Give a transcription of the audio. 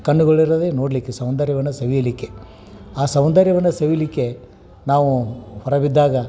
ಕಣ್ಣುಗಳಿರೋದೇ ನೋಡಲಿಕ್ಕೆ ಸೌಂದರ್ಯವನ್ನು ಸವಿಯಲಿಕ್ಕೆ ಆ ಸೌಂದರ್ಯವನ್ನು ಸವಿಯಲಿಕ್ಕೆ ನಾವು ಹೊರ ಬಿದ್ದಾಗ